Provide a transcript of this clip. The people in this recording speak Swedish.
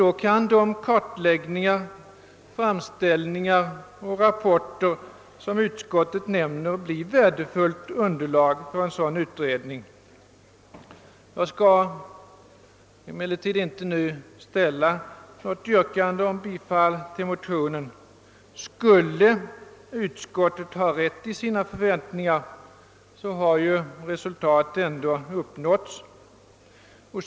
Då kan de kartläggningar, framställningar och rapporter, som utskottet nämner, bli ett värdefullt underlag för en sådan utredning. Jag skall emellertid inte nu ställa något yrkande om bifall till motionerna. Skulle utskottet ha rätt i sina förväntningar, har ju resultat ändå uppnåtts.